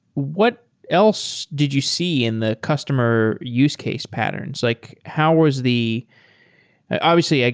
what else did you see in the customer use case patterns? like how was the obviously, ah